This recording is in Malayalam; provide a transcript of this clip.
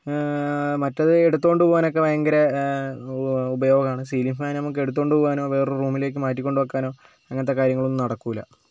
മറ്റേത് എടുത്തുകൊണ്ട് പോകാനൊക്കെ ഭയങ്കര ഉപയോഗമാണ് സീലിംങ് ഫാൻ നമുക്ക് എടുത്തുകൊണ്ട് പോകാനോ വേറൊരു റൂമിലേക്ക് മാറ്റികൊണ്ടുവയ്ക്കാനോ അങ്ങനെത്തെ കാര്യങ്ങളൊന്നും നടക്കില്ല